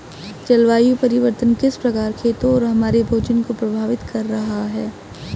जलवायु परिवर्तन किस प्रकार खेतों और हमारे भोजन को प्रभावित कर रहा है?